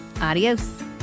Adios